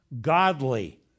godly